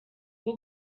bwo